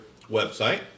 website